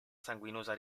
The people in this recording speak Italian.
sanguinosa